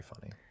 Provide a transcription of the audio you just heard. funny